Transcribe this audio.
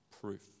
proof